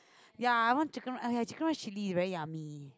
ya I want chicken ya chicken rice chilli very yummy